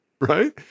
right